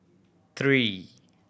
three